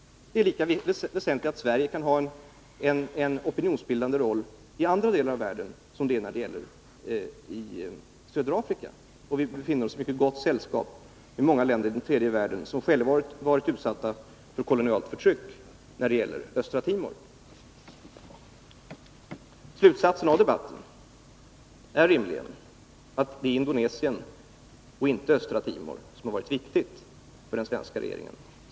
Det är lika väsentligt att Sverige kan ha en opinionsbildande roll i andra delar av världen som när det gäller södra Afrika. Och i fråga om Östra Timor befinner vi oss då i mycket gott sällskap med många länder i den tredje världen som själva varit utsatta för kolonialt förtryck. Slutsatsen av debatten är rimligen att det är Indonesiens och inte Östra Timors intressen som varit viktiga för den svenska regeringen.